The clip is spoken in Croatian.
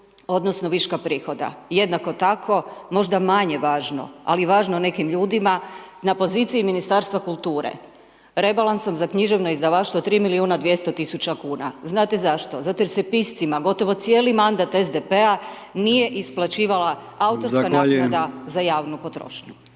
odnosno viška prihoda. Jednako tako, možda manje važno ali važno nekim ljudima na poziciji Ministarstva kulture rebalansom za književno izdavaštvo 3 milijuna 200 tisuća kuna. Znate zašto? Zato jer se piscima, gotovo cijeli mandat SDP-a nije isplaćivala autorska naknada za javnu potrošnju.